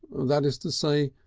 that is to say,